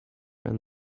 and